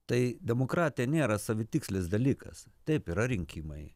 tai demokratija nėra savitikslis dalykas taip yra rinkimai